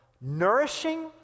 nourishing